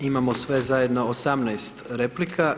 Imamo sve zajedno 18 replika.